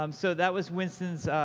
um so, that was winston's.